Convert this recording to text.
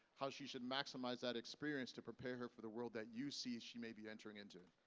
how she should maximize that experience, to prepare her for the world, that you see she may be entering into.